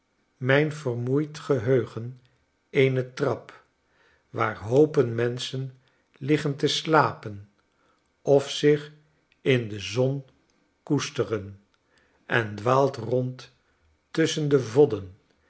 mijn vermoeid geheugen eene trap waar hoopen mehschen liggen te slapen of zich in de zon koesteren en dwaalt rond tusschen de